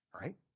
right